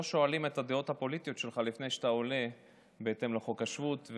לא שואלים מה הדעות הפוליטיות שלך לפני שאתה עולה בהתאם לחוק השבות.